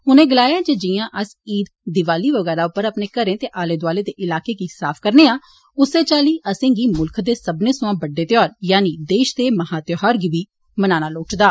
उनें गलाया जे जियां इस ईद दिवाली वगैरा पर अपने घरें ते आले दोआले दे ईलाकें गी साफ करने आं उस्सै चाल्ली असें गी म्ल्ख दे सब्बने सवां बड्डे त्योहार यानि 'देश दा महात्योहार' गी मनाना लोड़चदा